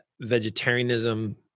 vegetarianism